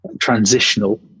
transitional